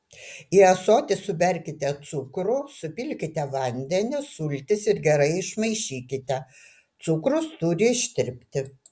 į ąsotį suberkite cukrų supilkite vandenį sultis ir gerai išmaišykite cukrus turi ištirpti